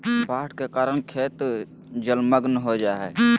बाढ़ के कारण खेत जलमग्न हो जा हइ